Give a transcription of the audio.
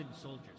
soldiers